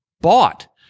bought